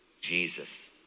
Jesus